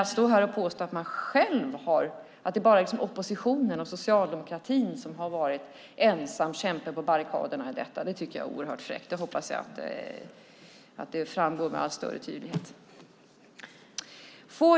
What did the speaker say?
Att stå här och påstå att det bara är oppositionen och socialdemokratin som har kämpat på barrikaderna för detta tycker jag är oerhört fräckt. Det hoppas jag framgår med all tydlighet.